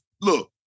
Look